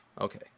Okay